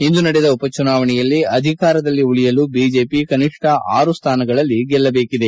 ಇಂದು ನಡೆದ ಉಪಚುನಾವಣೆಯಲ್ಲಿ ಅಧಿಕಾರದಲ್ಲಿ ಉಳಿಯಲು ಬಿಜೆಪಿ ಕನಿಷ್ಠ ಆರು ಸ್ಥಾನಗಳಲ್ಲಿ ಗೆಲ್ಲದೇಕಿದೆ